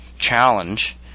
Challenge